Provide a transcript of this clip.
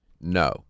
No